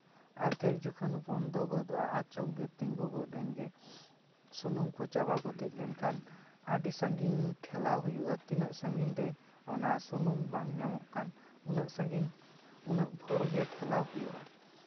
ᱟᱫᱷᱮᱠ ᱡᱚᱠᱷᱚᱱ ᱵᱚᱱᱫᱚ ᱜᱚᱫᱚᱜᱼᱟ ᱟᱪᱚᱠ ᱜᱮ ᱛᱤᱸᱜᱩ ᱜᱚᱫ ᱮᱱ ᱜᱮ ᱥᱩᱱᱩᱢ ᱠᱚ ᱪᱟᱵᱟ ᱜᱚᱛᱮᱡ ᱞᱮᱱᱠᱷᱟᱱ ᱟᱹᱰᱤ ᱥᱟᱺᱜᱤᱧ ᱴᱷᱮᱞᱟᱣ ᱦᱩᱭᱩᱜᱼᱟ ᱛᱤᱱᱟᱹᱜ ᱥᱟᱺᱜᱤᱧ ᱨᱮ ᱚᱱᱟ ᱥᱩᱱᱩᱢ ᱵᱟᱝ ᱧᱟᱢᱚᱜ ᱩᱱᱟᱹᱜ ᱥᱟᱺᱜᱤᱧ ᱩᱱᱟᱹᱜ ᱵᱷᱳᱨ ᱜᱮ ᱴᱷᱮᱞᱟᱣ ᱦᱩᱭᱩᱜᱼᱟ